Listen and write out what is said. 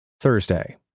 Thursday